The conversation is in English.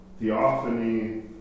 theophany